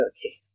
Okay